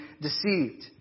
deceived